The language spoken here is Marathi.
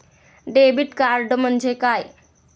डेबिट कार्ड म्हणजे काय?